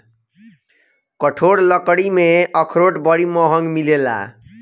कठोर लकड़ी में अखरोट बड़ी महँग मिलेला